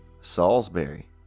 salisbury